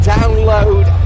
Download